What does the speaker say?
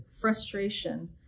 frustration